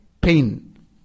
pain